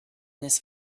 this